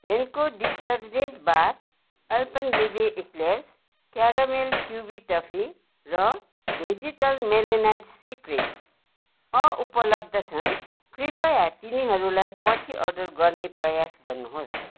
Henko detergent वा Alpenliebe eclairs caramel chewy toffee र vegetal melanite C cream अनुपलब्ध छन् कृपया तिनीहरूलाई पछि अर्डर गर्ने प्रयास गर्नुहोस्